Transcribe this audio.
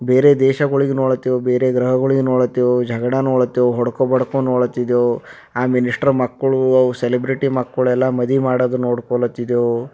ಬೇರೆ ದೇಶಗಳಿಗ್ ನೋಡತ್ತೆವು ಬೇರೆ ಗ್ರಹಗಳಿಗ್ ನೋಡತ್ತೆವು ಝಗ್ಡ ನೋಡತ್ತೆವು ಹೊಡ್ಕೋ ಬಡ್ಕೋ ನೋಡ್ಲತ್ತಿದ್ದೆವು ಆ ಮಿನಿಷ್ಟ್ರ ಮಕ್ಕಳು ಅವು ಸೆಲೆಬ್ರಿಟಿ ಮಕ್ಕಳೆಲ್ಲ ಮದಿ ಮಾಡೋದು ನೋಡ್ಕೋಳತ್ತಿದ್ದೆವು